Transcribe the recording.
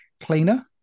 cleaner